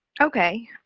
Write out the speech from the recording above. Okay